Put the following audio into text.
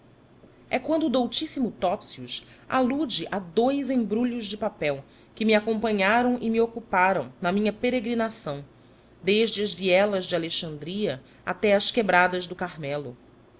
e quando o doutíssimo topsius alude a dous embrulhos de papel que me acompanharam e me ocuparam na minha peregrinação desde as vielas de alexandria até as quebradas do carmelo